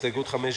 הסתייגות מס'